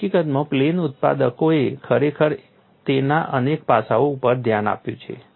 અને હકીકતમાં પ્લેન ઉત્પાદકોએ ખરેખર તેના અનેક પાસાઓ ઉપર ધ્યાન આપ્યું છે